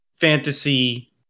fantasy